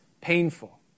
painful